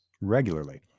regularly